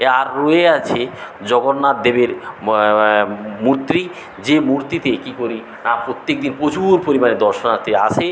এই আছে জগন্নাথ দেবের মূর্তি যে মূর্তিতে কী করি না প্রত্যেক দিন প্রচুর পরিমাণে দর্শনার্থী আসে